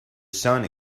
sun